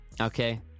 Okay